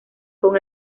con